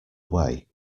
way